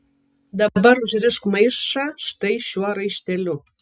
dabar užrišk maišą štai šiuo raišteliu